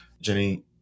Jenny